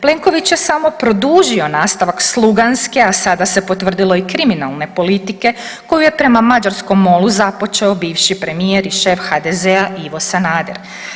Plenković je samo produžio nastavak sluganske, a sada se potvrdilo i kriminalne politike koju je prema mađarskom MOL-u započeo bivši premijer i šef HDZ-a Ivo Sanader.